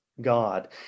God